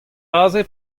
aze